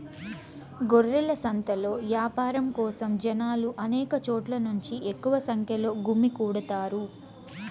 గొర్రెల సంతలో యాపారం కోసం జనాలు అనేక చోట్ల నుంచి ఎక్కువ సంఖ్యలో గుమ్మికూడతారు